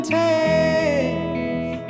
take